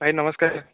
ଭାଇ ନମସ୍କାର